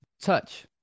Touch